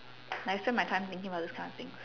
I wasted my time thinking about those kind of things